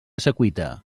secuita